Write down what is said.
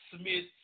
Smith